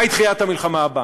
מהי דחיית המלחמה הבאה?